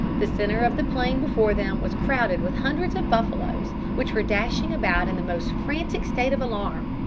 the centre of the plain before them was crowded with hundreds of buffaloes, which were dashing about in the most frantic state of alarm.